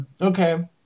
okay